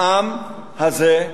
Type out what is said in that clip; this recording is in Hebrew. העם הזה,